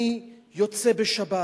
אני יוצא בשבת,